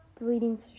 bleeding